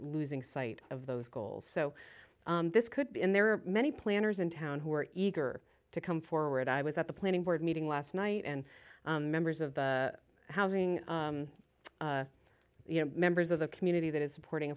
losing sight of those goals so this could be in there are many planners in town who are eager to come forward i was at the planning board meeting last night and members of the housing you know members of the community that is supporting